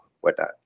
whatnot